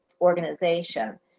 organization